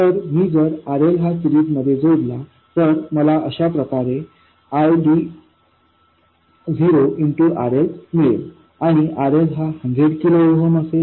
तर मी जर RL हा सीरिजमध्ये जोडला तर मला अशाप्रकारे ID0 RLमिळेल आणि RL हा 100 किलो ओहम असेल